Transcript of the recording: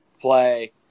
play